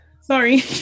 sorry